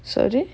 sorry